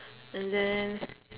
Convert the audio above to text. and then